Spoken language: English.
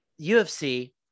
UFC